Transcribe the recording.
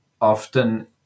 often